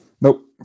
Nope